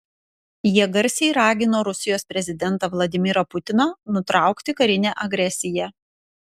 jie garsiai ragino rusijos prezidentą vladimirą putiną nutraukti karinę agresiją